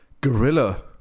gorilla